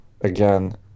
again